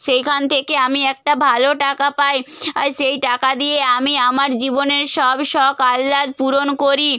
সেইখান থেকে আমি একটা ভালো টাকা পাই আই সেই টাকা দিয়ে আমি আমার জীবনের সব শখ আহ্লাদ পূরণ করি